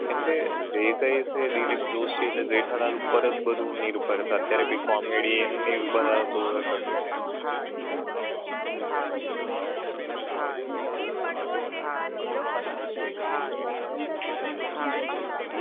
કેમકે જે કંઈ છે એ દિલીપ જોશી એટલે જેઠાલાલ ઉપર જ બધું નિર્ભર છે અત્યારે બી કોમેડી એમની જ બધા જોવે છે